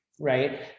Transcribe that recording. Right